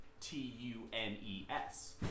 T-U-N-E-S